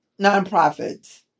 nonprofits